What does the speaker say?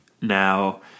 now